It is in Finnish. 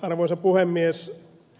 arvoisa puhemies